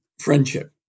friendship